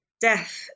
death